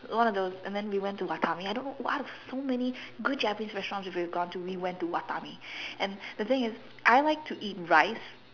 one of those and then we went to Watami I don't know why out of all the good Japanese restaurants we could have gone to we went to Watami and the thing is I like to eat rice